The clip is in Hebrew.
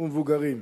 ומבוגרים.